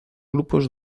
grupos